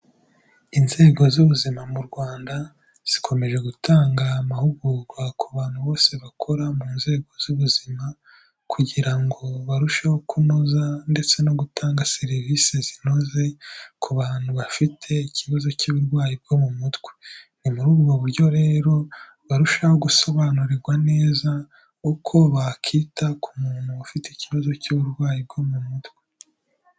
Inzego z'ubuzima mu Rwanda, zikomeje gutanga amahugurwa ku bantu bose bakora mu nzego z'ubuzima, kugira ngo barusheho kunoza ndetse no gutanga serivisi zinoze, ku bantu bafite ikibazo cy'uburwayi bwo mu mutwe. Ni muri ubwo buryo rero barushaho gusobanurirwa neza, uko bakita ku muntu ufite ikibazo cy'uburwayi bwo mu mutwe.